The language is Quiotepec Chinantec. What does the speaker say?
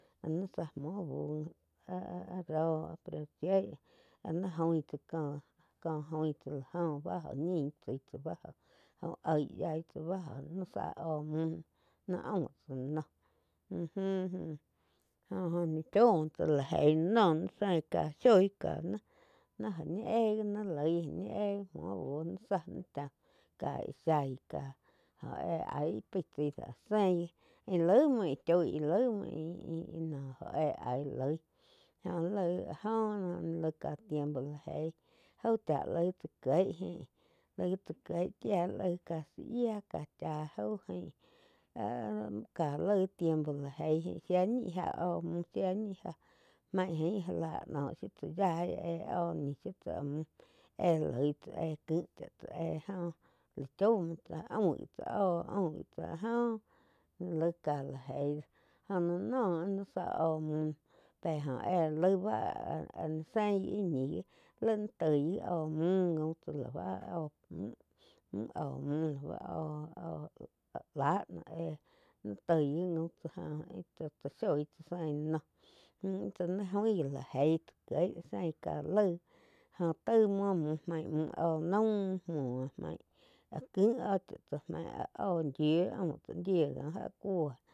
Aín zá muo bú áh-áh roh presión áh naig oin tsá koh oin tsá láh óh bá oh ñin tsái tsáh bá óh úh oig yaí tsá báh óh naí zá óh muh ni aum tsá la noh óh joh-joh ñi chaum muo tsá lá eig lá no ni zein ká shoi káh ní óh ñi éh gi ni loi, óh ñi éh gi muo bu ni zá lá chá ká íh zhaí ká óh éh aí ih paí tsái do sein gi íh laig muo íh choi íh laig muo. Íh-íh oh éh aí loi jóh laig áh joh laig ká tiempo la eig jaú cha laig tsá kieg ain laig tsá kieg chía laig zá yía ká cha jau ain áh-áh cáh laig tiempo la jeih ain shía ñi já óh muo shia ñi já main já la noh shiu tsá yaí éh óh muh shiu tsáh éh loi tsá éh búh chá tsá éh jo lá chaum muo tsáh áh aum tsá óh aum gi tsá áh joh laig ká la eig go la noh áh ni záh óh múh noh pé oh éh laig báh áh-áh sein gi íh ñih láig ni toi gi óh mu gaum tsá lá bá áh óh múh lá bá oh-óh áh láh éh ni toih gi gaum tsá joh tsá-tsá shoi zein noh íh tsá naí joí gi la jeí tsá kieg sein la jeí jó taig muo mu maig mu óh naum muo maig kih óh chá tsá maig áh óh yiu aum tsá yiu cóh já cúo.